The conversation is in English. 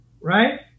right